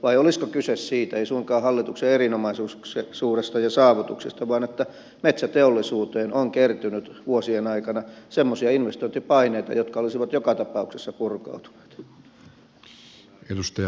vai olisiko kyse siitä ei suinkaan hallituksen erinomaisuudesta ja saavutuksista että metsäteollisuuteen on kertynyt vuosien aikana semmoisia investointipaineita jotka olisivat joka tapauksessa purkautuneet